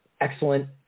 Excellent